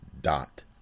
dot